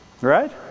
right